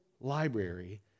library